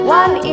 one